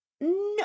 no